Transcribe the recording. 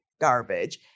garbage